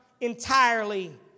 Entirely